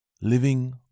Living